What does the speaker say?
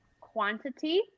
quantity